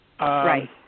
Right